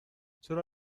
چرا